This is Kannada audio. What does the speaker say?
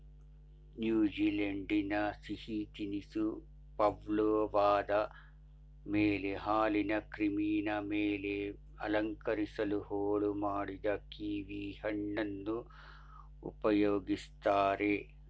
ನ್ಯೂಜಿಲೆಂಡಿನ ಸಿಹಿ ತಿನಿಸು ಪವ್ಲೋವದ ಮೇಲೆ ಹಾಲಿನ ಕ್ರೀಮಿನ ಮೇಲೆ ಅಲಂಕರಿಸಲು ಹೋಳು ಮಾಡಿದ ಕೀವಿಹಣ್ಣನ್ನು ಉಪಯೋಗಿಸ್ತಾರೆ